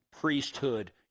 priesthood